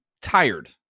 tired